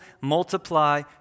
multiply